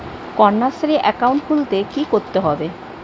Kanyashree account খুলতে কী করতে হবে?